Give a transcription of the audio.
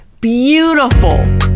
beautiful